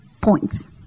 points